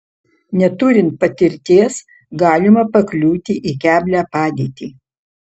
neturint patirties galima pakliūti į keblią padėtį